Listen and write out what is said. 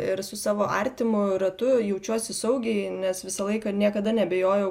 ir su savo artimu ratu jaučiuosi saugiai nes visą laiką niekada neabejojau